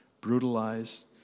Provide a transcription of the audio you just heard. brutalized